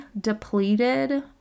depleted